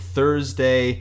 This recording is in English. Thursday